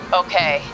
okay